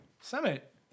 Summit